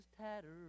tattered